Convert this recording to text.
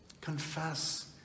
Confess